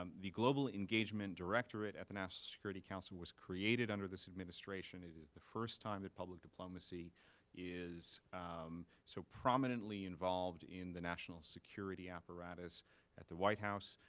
um the global engagement directorate at the national security council was created under this administration. it is the first time that public diplomacy is so prominently involved in the national security apparatus at the white house.